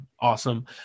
Awesome